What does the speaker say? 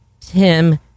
Tim